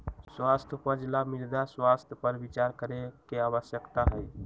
स्वस्थ उपज ला मृदा स्वास्थ्य पर विचार करे के आवश्यकता हई